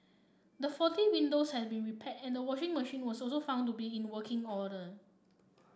the faulty windows had been repaired and the washing machine was also found to be in working order